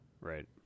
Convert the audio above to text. Right